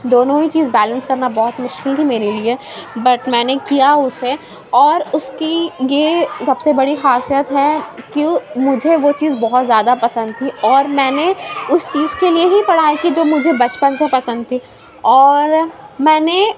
دونوں ہی چیز بیلینس کرنا بہت مشکل تھی میرے لیے بٹ میں نے کیا اُسے اور اُس کی یہ سب سے بڑی خاصیت ہے کہ مجھے وہ چیز بہت زیادہ پسند تھی اور میں نے اُس چیز کے لیے ہی پڑھائی کی جو مجھے بچپن سے پسند تھی اور میں نے